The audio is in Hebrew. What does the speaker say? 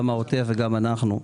גם העוטף וגם אנחנו.